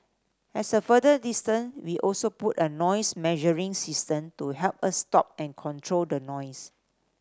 at a further distance we also put a noise measuring system to help us stop and control the noise